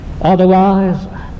otherwise